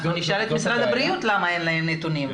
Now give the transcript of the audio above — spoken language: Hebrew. אנחנו נשאל את משרד הבריאות למה אין להם נתונים.